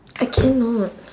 I cannot